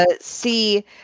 See